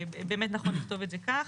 באמת נכון לכתוב את זה כך.